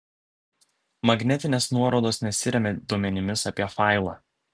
magnetinės nuorodos nesiremia duomenimis apie failą